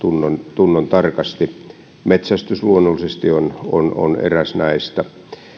tunnontarkasti metsästys luonnollisesti on on eräs näistä